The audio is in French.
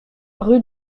rue